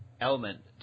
element